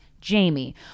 Jamie